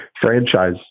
franchise